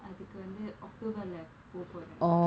அதுக்கு வந்து:athukku vanthu october போபோரேன்:poporaen